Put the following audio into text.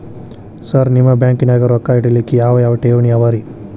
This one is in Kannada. ಸರ್ ನಿಮ್ಮ ಬ್ಯಾಂಕನಾಗ ರೊಕ್ಕ ಇಡಲಿಕ್ಕೆ ಯಾವ್ ಯಾವ್ ಠೇವಣಿ ಅವ ರಿ?